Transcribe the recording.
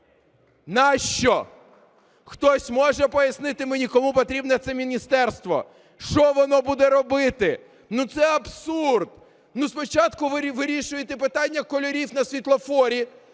Нащо? Хтось може пояснити мені, кому потрібне це міністерство, що воно буде робити? Ну це абсурд. Ну, спочатку вирішуєте питання кольорів на світлофорі.